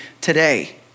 today